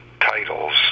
titles